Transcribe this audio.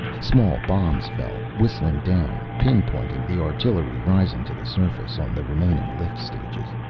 small bombs fell, whistling down, pin-pointing the artillery rising to the surface on the remaining lift stages.